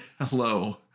hello